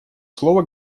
слово